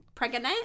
Pregnant